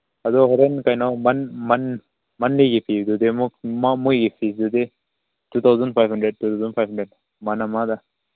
ꯑꯗꯨ ꯍꯣꯔꯦꯟ ꯀꯩꯅꯣ ꯃꯟꯂꯤꯒꯤ ꯄꯤꯕꯗꯨꯗꯤ ꯑꯃꯨꯛ ꯃꯣꯏꯒꯤ ꯄꯤꯕꯗꯨꯗꯤ two thousand five hundred two thousand five hundred ꯃꯥꯅ ꯃꯥꯒ